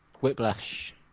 Whiplash